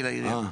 בארץ?